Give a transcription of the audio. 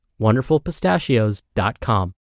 wonderfulpistachios.com